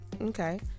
Okay